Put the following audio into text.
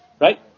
Right